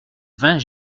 vingt